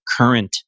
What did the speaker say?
current